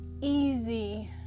easy